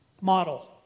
Model